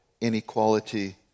inequality